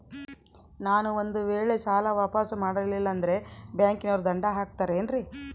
ನಾನು ಒಂದು ವೇಳೆ ಸಾಲ ವಾಪಾಸ್ಸು ಮಾಡಲಿಲ್ಲಂದ್ರೆ ಬ್ಯಾಂಕನೋರು ದಂಡ ಹಾಕತ್ತಾರೇನ್ರಿ?